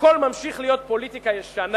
הכול ממשיך להיות פוליטיקה ישנה,